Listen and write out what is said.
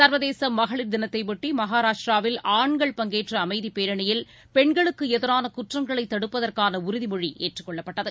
சர்வதேச மகளிர் தினத்தையொட்டி மகாராஷ்ட்ராவில் ஆண்கள் பங்கேற்ற அமைதிப் பேரணியில் பெண்களுக்கு எதிரான குற்றங்களை தடுப்பதற்கான உறுதிமொழி ஏற்றுக் கொள்ளப்பட்டது